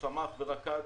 שמח ורקד.